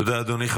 תודה, אדוני.